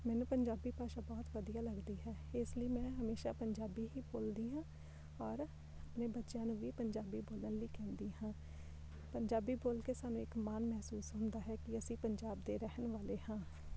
ਮੈਨੂੰ ਪੰਜਾਬੀ ਭਾਸ਼ਾ ਬਹੁਤ ਵਧੀਆ ਲੱਗਦੀ ਹੈ ਇਸ ਲਈ ਮੈਂ ਹਮੇਸ਼ਾ ਪੰਜਾਬੀ ਹੀ ਬੋਲਦੀ ਹਾਂ ਔਰ ਮੈਂ ਬੱਚਿਆਂ ਨੂੰ ਵੀ ਪੰਜਾਬੀ ਬੋਲਣ ਲਈ ਕਹਿੰਦੀ ਹਾਂ ਪੰਜਾਬੀ ਬੋਲ ਕੇ ਸਾਨੂੰ ਇੱਕ ਮਾਣ ਮਹਿਸੂਸ ਹੁੰਦਾ ਹੈ ਕਿ ਅਸੀਂ ਪੰਜਾਬ ਦੇ ਰਹਿਣ ਵਾਲੇ ਹਾਂ